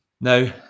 now